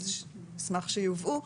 אז אשמח שיובאו,